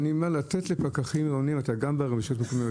הנימה לתת לפקחים העירוניים גם ברשויות מקומיות